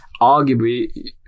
arguably